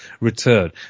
return